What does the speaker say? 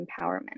empowerment